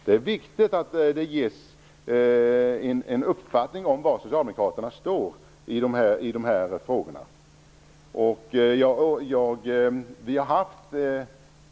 Det är viktigt att det ges en uppfattning om var Socialdemokraterna står i de här frågorna.